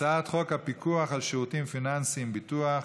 הצעת חוק הפיקוח על שירותים פיננסיים (ביטוח)